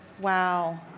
Wow